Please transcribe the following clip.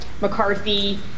McCarthy